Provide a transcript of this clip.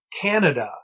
Canada